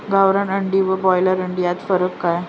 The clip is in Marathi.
गावरान अंडी व ब्रॉयलर अंडी यात काय फरक आहे?